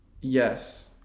Yes